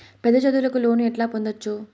పెద్ద చదువులకు లోను ఎట్లా పొందొచ్చు